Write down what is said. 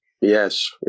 Yes